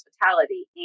Hospitality